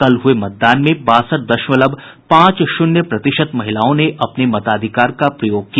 कल हुए मतदान में बासठ दशमलव पांच शून्य प्रतिशत महिलाओं ने अपने मताधिकार का प्रयोग किया